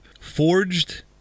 Forged